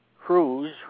cruise